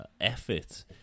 effort